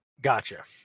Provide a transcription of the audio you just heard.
gotcha